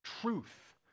truth